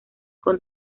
con